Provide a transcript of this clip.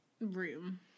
room